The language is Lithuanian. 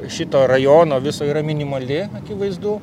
šito rajono viso yra minimali akivaizdu